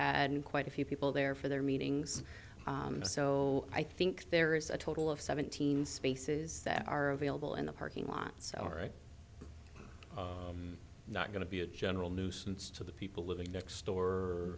had quite a few people there for their meetings so i think there is a total of seventeen spaces that are available in the parking lots are not going to be a general nuisance to the people living next door